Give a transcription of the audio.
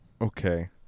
okay